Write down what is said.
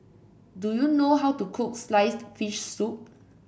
do you know how to cook sliced fish soup